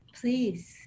Please